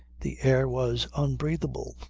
the air was unbreathable,